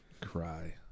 cry